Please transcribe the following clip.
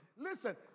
Listen